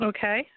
Okay